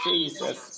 Jesus